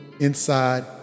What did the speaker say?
Inside